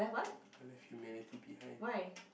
I left humanity behind